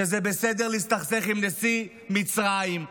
שזה בסדר להסתכסך עם נשיא מצרים,